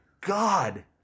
God